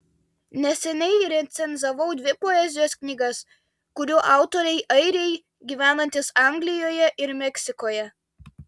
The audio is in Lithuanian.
neseniai recenzavau dvi poezijos knygas kurių autoriai airiai gyvenantys anglijoje ir meksikoje